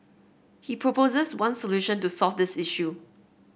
he proposes one solution to solve this issue